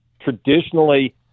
traditionally